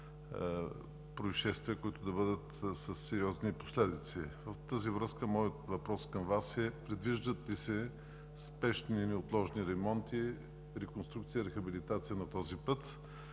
произшествия, които да бъдат със сериозни последици. В тази връзка моят въпрос към Вас е: предвиждат ли се спешни и неотложни ремонти, реконструкция и рехабилитация на този път?